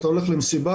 אתה הולך למסיבה,